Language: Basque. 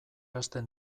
hasten